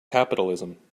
capitalism